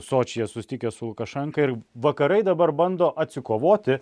sočyje susitikęs su lukašenka ir vakarai dabar bando atsikovoti